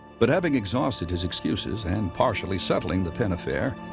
but having exhausted his excuses and partially settling the penn affair,